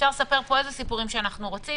אפשר לספר פה איזה סיפורים שאנחנו רוצים.